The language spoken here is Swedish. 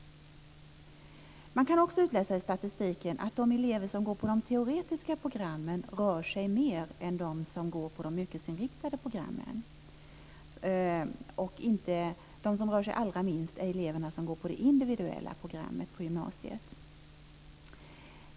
Man kan också utläsa av statistiken att de elever som går på de teoretiska programmen rör sig mer än de som går på de yrkesinriktade programmen. De som rör sig allra minst är de elever som går på det individuella programmet på gymnasiet.